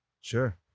Sure